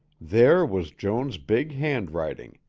there was joan's big handwriting,